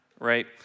right